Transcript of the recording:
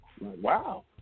Wow